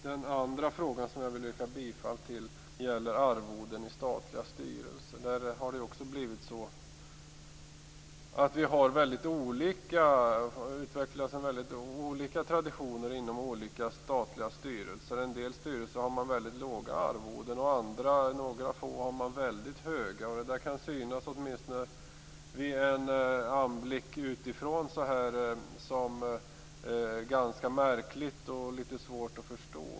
Den andra reservation som jag vill yrka bifall till gäller arvoden i statliga styrelser. Det har utvecklats mycket skilda traditioner inom olika statliga styrelser. I en del styrelser har man mycket låga arvoden medan arvodena är väldigt höga i några få styrelser. Åtminstone vid en anblick utifrån kan det synas ganska märkligt och litet svårt att förstå.